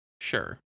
Sure